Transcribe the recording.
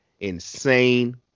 Insane